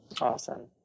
Awesome